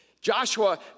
Joshua